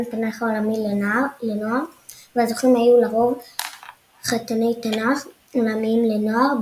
התנ"ך העולמי לנוער והזוכים היו לרוב חתני תנ"ך עולמיים לנוער,